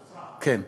כן.